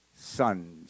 sons